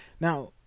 now